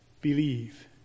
believe